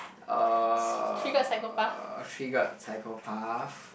uh triggered psychopath